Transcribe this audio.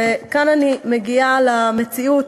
וכאן אני מגיעה למציאות